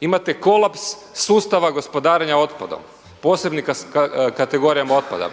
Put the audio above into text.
Imate kolaps sustava gospodarenja otpadom, posebnih kategorija otpada.